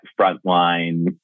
frontline